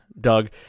Doug